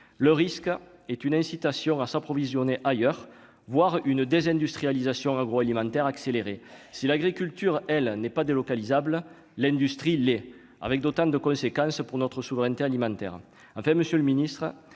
le risque est une incitation à s'approvisionner ailleurs, voir une désindustrialisation agroalimentaire accélérer si l'agriculture elle n'est pas délocalisable l'industrie les avec d'autant de conséquences pour notre souveraineté alimentaire, enfin, Monsieur le Ministre,